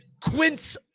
Quince